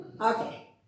Okay